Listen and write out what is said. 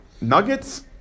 Nuggets